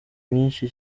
myinshi